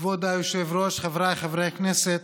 כבוד היושב-ראש, חבריי חברי הכנסת,